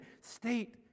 state